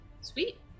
Sweet